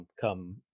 come